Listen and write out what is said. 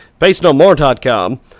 facenomore.com